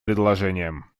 предложением